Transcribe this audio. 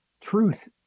Truth